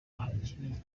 hari